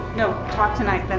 no, talk tonight, then